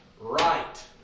right